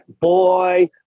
boy